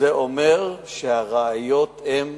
זה אומר שהראיות הן